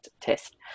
test